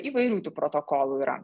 įvairių tų protokolų yra